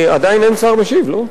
עדיין אין שר משיב, לא?